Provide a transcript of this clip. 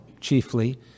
chiefly